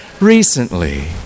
recently